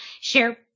share